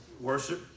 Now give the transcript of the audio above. worship